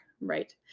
Right